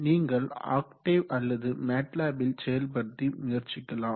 நீங்கள் ஆக்டேவ் அல்லது மேட்லேப் ல் செயல்படுத்தி முயற்சிக்கலாம்